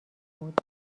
بود